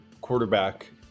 quarterback